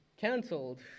Cancelled